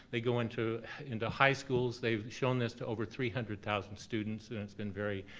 they go into into high schools, they've shown this to over three hundred thousand students and it's been very,